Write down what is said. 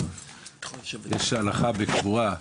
יש הלכה בקבורה,